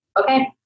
okay